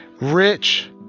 rich